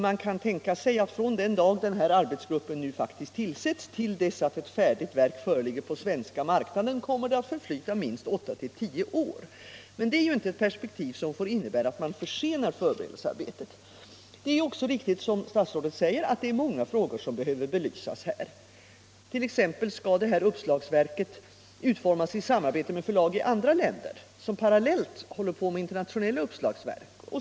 Man kan förmoda att från den dagen arbetsgruppen faktiskt tillsätts till dess ett färdigt verk föreligger på den svenska marknaden kommer att förflyta minst åtta till tio år. Det är inte ett perspektiv som får innebära att man försenar förberedelsearbetet. Det är också riktigt, som statsrådet säger, att det är många frågor som 35 behöver belysas. Skall uppslagsverket t.ex. utformas i samarbete med förlag i andra länder, som parallellt håller på med internationella uppslagsverk?